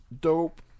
dope